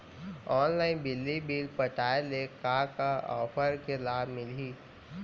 Online बिजली bill पटाय ले का का ऑफ़र के लाभ मिलही?